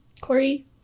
Corey